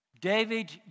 David